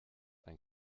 ein